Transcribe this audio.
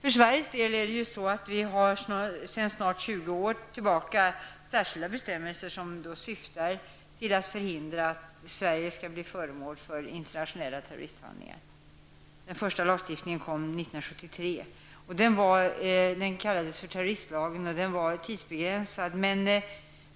I Sverige har vi sedan snart 20 år tillbaka särskilda bestämmelser som syftar till att förhindra att Sverige skall bli föremål för internationella terroristhandlingar. Den första lagstiftningen kom 1973. Den kallades för terroristlagen, och den var tidsbegränsad.